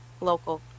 local